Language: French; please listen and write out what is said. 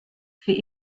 fait